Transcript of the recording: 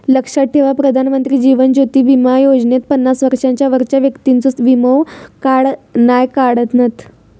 लक्षात ठेवा प्रधानमंत्री जीवन ज्योति बीमा योजनेत पन्नास वर्षांच्या वरच्या व्यक्तिंचो वीमो नाय काढणत